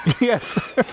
Yes